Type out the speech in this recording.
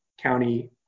county